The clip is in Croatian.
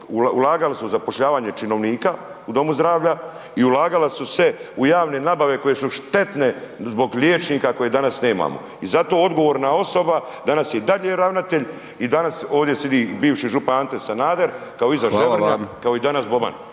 ulagali su u zapošljavanje činovnika u domu zdravlja i ulagala su se u javne nabave koje su štetne zbog liječnika koje danas nemamo i zato odgovorna osoba danas je i dalje ravnatelj i danas ovdje sidi bivši župan Ante Sanader…/Upadica: Hvala vam/…/Govornik